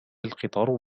القطار